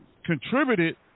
contributed